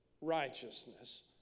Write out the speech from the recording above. righteousness